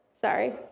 Sorry